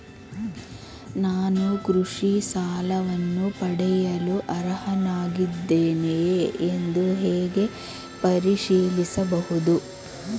ನಾನು ಕೃಷಿ ಸಾಲವನ್ನು ಪಡೆಯಲು ಅರ್ಹನಾಗಿದ್ದೇನೆಯೇ ಎಂದು ಹೇಗೆ ಪರಿಶೀಲಿಸಬಹುದು?